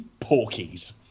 Porkies